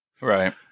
Right